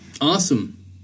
Awesome